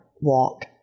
walk